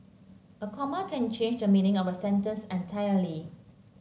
a comma can change the meaning of a sentence entirely